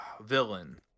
villain